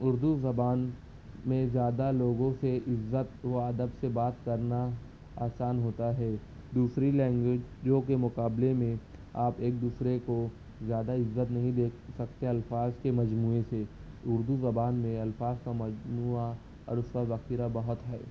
اردو زبان میں زیادہ لوگوں سے عزت و ادب سے بات کرنا آسان ہوتا ہے دوسری لینگویج جوکہ مقابلے میں آپ ایک دوسرے کو زیادہ عزت نہیں دے سکتے الفاظ کے مجموعے سے اردو زبان میں الفاظ کا مجموعہ اور اس کا ذخیرہ بہت ہے